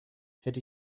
hätte